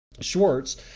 Schwartz